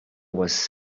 was